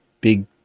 big